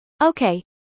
Okay